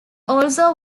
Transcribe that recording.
also